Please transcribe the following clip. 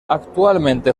actualmente